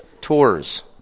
tours